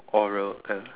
oral